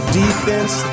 defense